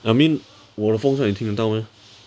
I mean 我的风扇你听得到 meh